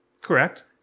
correct